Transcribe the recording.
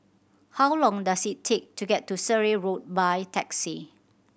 how long does it take to get to Surrey Road by taxi